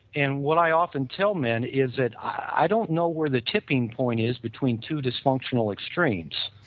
and what i often tell men is that i don't know where the tipping point is between two dysfunctional extremes.